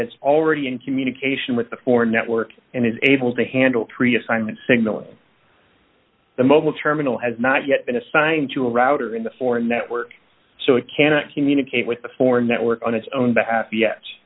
is already in communication with the four network and is able to handle three assignments signalling the mobile terminal has not yet been assigned to a router in the foreign network so it cannot communicate with the four network on its own behalf yet